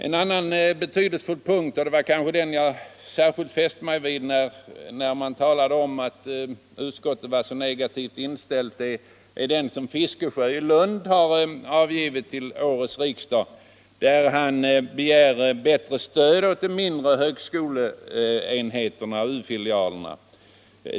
En annan betydelsefull fråga — och det var kanske den som jag särskilt fäste mig vid när det här talades om att utskottet var så negativt — är den som herr Fiskesjö har tagit upp i en motion till årets riksdag och i vilken han begär bättre stöd till de mindre högskoleenheterna, alltså u-filialerna.